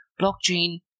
blockchain